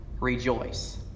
rejoice